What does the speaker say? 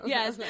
Yes